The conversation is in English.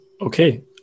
Okay